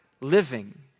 living